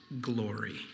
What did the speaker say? glory